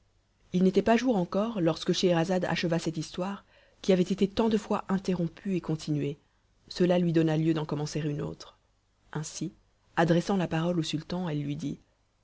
il n'était pas jour encore lorsque scheherazade acheva cette histoire qui avait été tant de fois interrompue et continuée cela lui donna lieu d'en commencer une autre ainsi adressant la parole au sultan elle lui dit